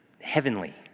heavenly